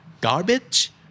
Garbage